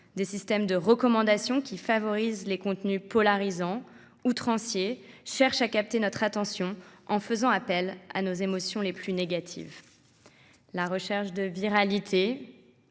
des systèmes de recommandation, qui favorisent les contenus polarisants, outranciers et qui cherchent à capter notre attention en faisant appel à nos émotions les plus négatives. En somme, la recherche de viralité